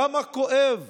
כמה כואב